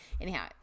anyhow